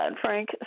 Frank